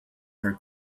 her